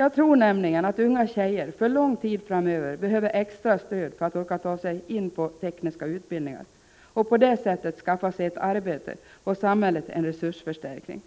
Jag tror nämligen att unga tjejer för lång tid framöver behöver extra stöd för att orka ta sig in på tekniska utbildningar och på det sättet skaffa sig ett arbete och samhället en resursförstärkning.